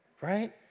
right